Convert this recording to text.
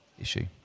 issue